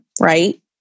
right